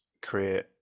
create